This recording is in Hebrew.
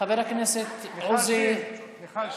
חברת הכנסת מיכל שיר,